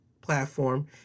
platform